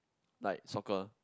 like soccer